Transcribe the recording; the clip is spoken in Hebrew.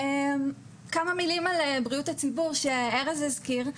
כמה מלים על בריאות הציבור שארז הזכיר.